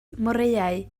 moreau